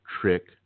trick